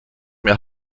mehr